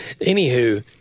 Anywho